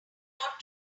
ought